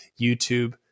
YouTube